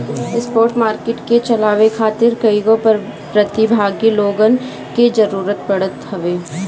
spot market के चलावे खातिर कईगो प्रतिभागी लोगन के जरूतर पड़त हवे